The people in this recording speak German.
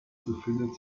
befindet